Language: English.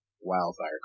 wildfire